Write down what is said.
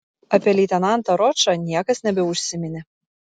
apie leitenantą ročą niekas nebeužsiminė